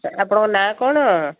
ଆପଣଙ୍କ ନାଁ କ'ଣ